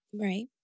Right